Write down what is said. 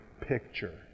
picture